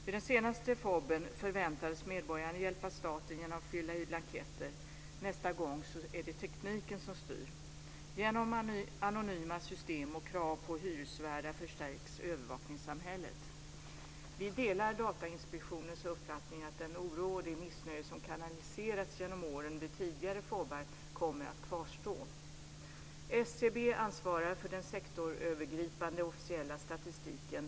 Vid den senaste folk och bostadsräkningen förväntades medborgaren hjälpa staten genom att fylla i blanketter. Nästa gång är det tekniken som styr. Genom anonyma system och krav på hyresvärdar förstärks övervakningssamhället. Vi delar Datainspektionens uppfattning att den oro och det missnöje som kanaliserats genom åren vid tidigare folk och bostadsräkningar kommer att kvarstå. SCB ansvarar för den sektorsövergripande officiella statistiken.